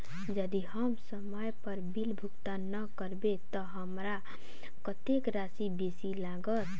यदि हम समय पर बिल भुगतान नै करबै तऽ हमरा कत्तेक राशि बेसी लागत?